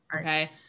okay